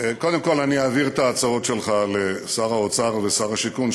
קודם כול אעביר את ההצעות שלך לשר האוצר ולשר השיכון,